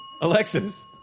Alexis